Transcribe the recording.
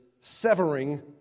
severing